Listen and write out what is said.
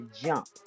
jump